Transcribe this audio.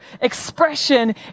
expression